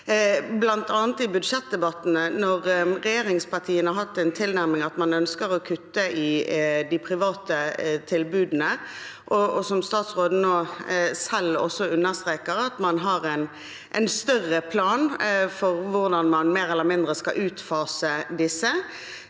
salen, bl.a. i budsjettdebattene, når regjeringspartiene har hatt en tilnærming der man ønsker å kutte i de private tilbudene. Statsråden selv understreker at man har en større plan for hvordan man mer eller mindre skal utfase disse,